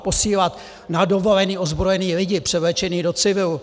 Posílat na dovolené ozbrojené lidi převlečené do civilu!